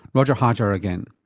roger hajar again.